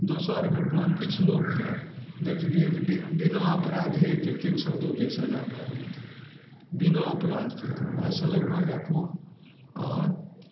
दोसर घटना किछु लोकके देखलियै जे बिना अपराधेके तीन सओ दूके सजा भए गेलय बिना अपराधके अइसँ लगभग राखू आर